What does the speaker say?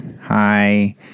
Hi